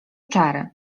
czary